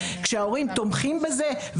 כשההורים תומכים בזה,